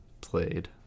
played